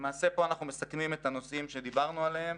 למעשה פה אנחנו מסכמים את הנושאים שדיברנו עליהם: